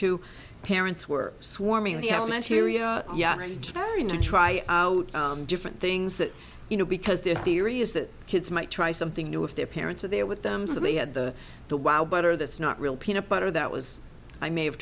two parents were swarming the elements here you are and you try different things that you know because their theory is that kids might try something new if their parents are there with them so they had the the wild butter that's not real peanut butter that was i may have